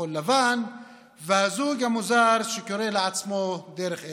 כחול לבן והזוג המוזר שקורא לעצמו "דרך ארץ".